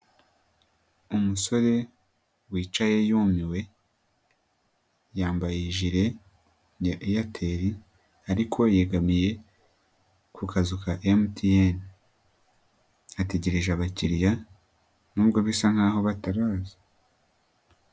Umusore wicaye yumiwe, yambaye ijile ya Airtel ariko yegamiye ku kazu ka MTN, ategereje abakiriya n'ubwo bisa nk'aho bataraza.